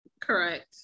Correct